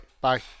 Bye